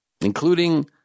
including